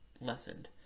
lessened